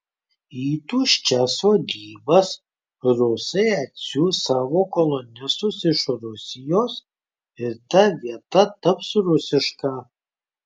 į tuščias sodybas rusai atsiųs savo kolonistus iš rusijos ir ta vieta taps rusiška